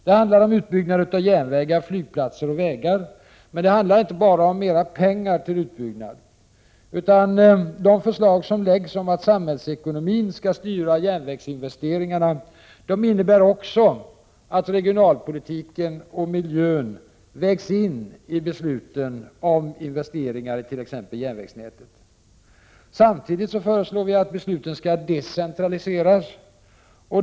Det handlar om utbyggnad av järnvägar, flygplatser och vägar, men det gäller inte bara mer pengar till utbyggnad. De förslag som läggs fram om att samhällsekonomin skall styra järnvägsinvesteringarna innebär också att regionalpolitiken och miljön vägs in i besluten om investeringar i t.ex. järnvägsnätet. Samtidigt föreslår vi att besluten skall decentraliseras.